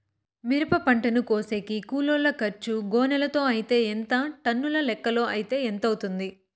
మిరప పంటను కోసేకి కూలోల్ల ఖర్చు గోనెలతో అయితే ఎంత టన్నుల లెక్కలో అయితే ఎంత అవుతుంది?